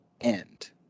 end